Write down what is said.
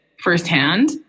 firsthand